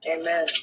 Amen